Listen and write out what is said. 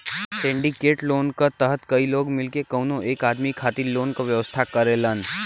syndicate loan क तहत कई लोग मिलके कउनो एक आदमी खातिर लोन क व्यवस्था करेलन